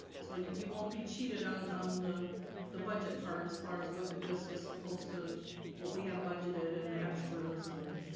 so you you won't be cheated on on the the budget part as far as what the disc is supposed to what we have budgeted and the extras and